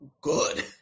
good